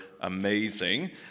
amazing